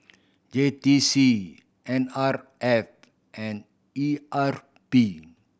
J T C N R F and E R P